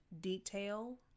detail